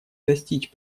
достичь